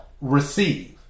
receive